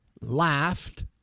laughed